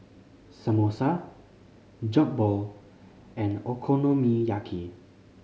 Samosa Jokbal and Okonomiyaki